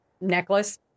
necklace